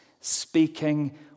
speaking